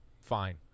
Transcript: fine